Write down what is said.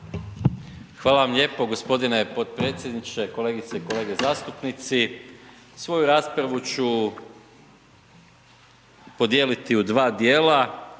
Hvala vam lijepo gospodine podpredsjedniče, kolegice i kolege zastupnici svoju raspravu ću podijeliti u dva dijela,